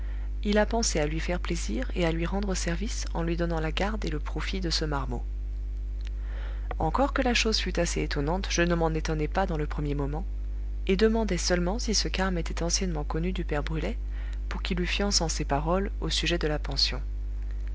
il a pensé à lui faire plaisir et à lui rendre service en lui donnant la garde et le profit de ce marmot encore que la chose fût assez étonnante je ne m'en étonnai pas dans le premier moment et demandai seulement si ce carme était anciennement connu du père brulet pour qu'il eût fiance en ses paroles au sujet de la pension